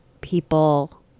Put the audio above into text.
people